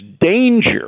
danger